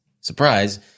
surprise